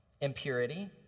Impurity